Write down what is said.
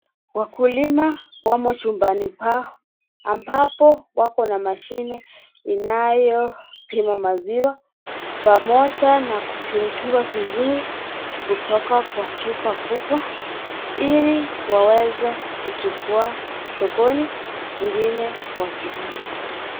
Wakulima wamochumbani pao ambapo wako na mashine inayopima maziwa pamoja na kuchuchuga vizuri kutoka kwa chupa kubwa iliwaweze kuchukua sokono ingine watumie.